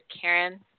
Karen